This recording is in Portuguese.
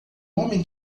homem